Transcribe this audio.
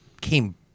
came